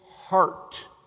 heart